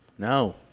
No